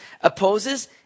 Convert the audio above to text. opposes